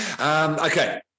Okay